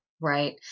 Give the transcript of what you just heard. Right